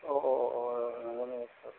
औ औ औ औ नोंगौ नोंगौ सार